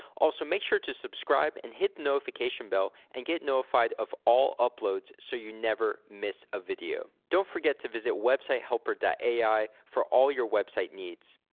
also, make sure to subscribe and hit notification bell and get notified of all uploads so you never miss a video. don't forget to visit websitehelper ai for all your website needs.